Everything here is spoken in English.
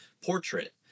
portrait